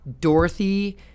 Dorothy